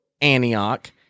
Antioch